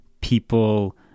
people